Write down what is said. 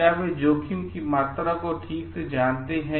तो क्या वे जोखिम की मात्रा को ठीक से जानते हैं